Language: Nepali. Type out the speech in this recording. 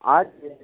हजुर